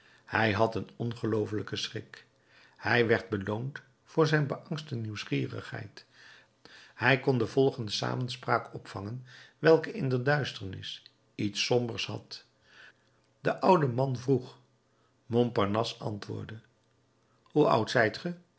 hij had een ongelooflijken schik hij werd beloond voor zijn beangste nieuwsgierigheid hij kon de volgende samenspraak opvangen welke in de duisternis iets sombers had de oude man vroeg montparnasse antwoordde hoe oud zijt